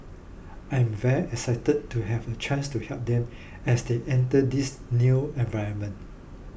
I'm very excited to have a chance to help them as they enter this new environment